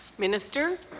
minister?